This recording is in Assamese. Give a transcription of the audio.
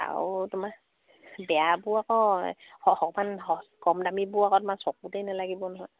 আও তোমাৰ বেয়াবোৰ আকৌ অকমান কম দামীবোৰ আকৌ তোমাৰ চকুতেই নেলাগিব নহয়